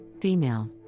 Female